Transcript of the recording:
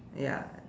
ya